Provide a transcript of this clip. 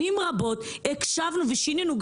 שנים רבות הקשבנו ושינינו.